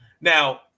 Now